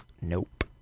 Nope